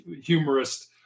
humorist